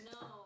No